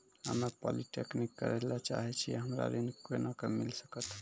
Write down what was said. हम्मे पॉलीटेक्निक करे ला चाहे छी हमरा ऋण कोना के मिल सकत?